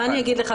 מה אני אגיד לך.